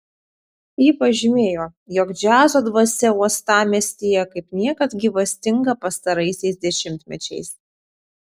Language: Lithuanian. ji pažymėjo jog džiazo dvasia uostamiestyje kaip niekad gyvastinga pastaraisiais dešimtmečiais